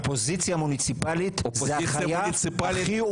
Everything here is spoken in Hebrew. אופוזיציה או קואליציה?